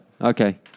Okay